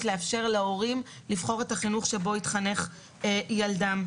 לאפשר להורים לבחור את החינוך שבו יתחנך ילדם.